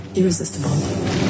irresistible